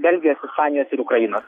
belgijos ispanijos ir ukrainos